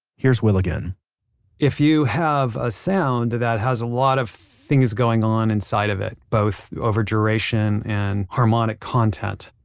here's will again if you have a sound that has a lot of things going on inside of it, both over duration and harmonic content,